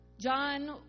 John